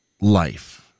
life